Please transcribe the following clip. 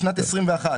בשנת 2021,